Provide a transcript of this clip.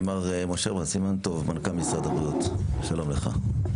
מר משה בר סימן טוב, מנכ"ל משרד הבריאות, שלום לך.